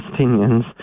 Palestinians